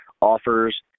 offers